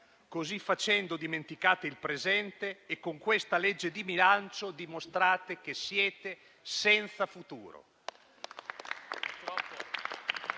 Così facendo, dimenticate il presente e con questa legge di bilancio dimostrate che siete senza futuro.